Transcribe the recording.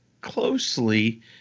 closely